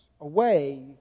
away